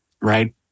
right